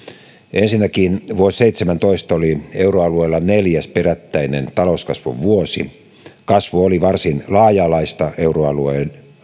ensinnäkin vuosi seitsemäntoista oli euroalueella neljäs perättäinen talouskasvun vuosi kasvu oli varsin laaja alaista euroalueen